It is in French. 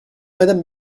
madame